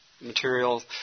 material